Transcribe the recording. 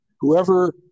Whoever